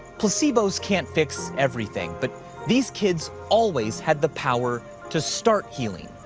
placebos can't fix everything. but these kids always had the power to start healing.